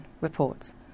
reports